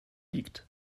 liegt